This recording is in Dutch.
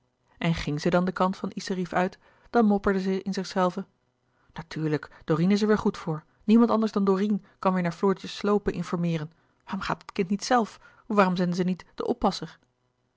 en ging zij dan de kant van iserief uit dan mopperde zij in zichzelve natuurlijk dorine is er weêr goed voor niemand anders dan dorine kan weêr naar floortjes sloopen informeeren waarom gaat het kind niet zelf of waarom zenden ze niet den oppasser